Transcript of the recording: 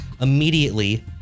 Immediately